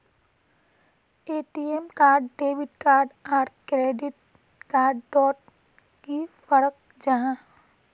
ATM card debit card आर credit card डोट की फरक जाहा?